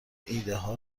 ایدهها